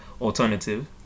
alternative